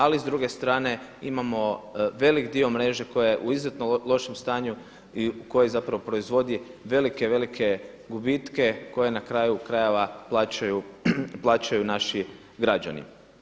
Ali s druge strane imamo velik dio mreže koja je u izuzetno lošem stanju i koja zapravo proizvodi velike, velike gubitke koje na kraju krajeva plaćaju naši građani.